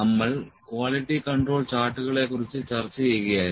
നമ്മൾ quality control ചാർട്ടുകളെക്കുറിച്ച് ചർച്ച ചെയ്യുകയായിരുന്നു